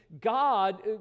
God